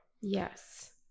Yes